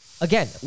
Again